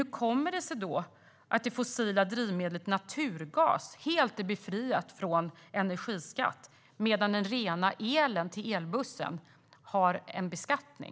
Hur kommer det sig då att det fossila drivmedlet naturgas är helt befriat från energiskatt medan den rena elen till elbussen har en beskattning?